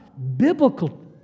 Biblical